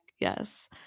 yes